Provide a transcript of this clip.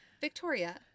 victoria